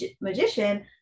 magician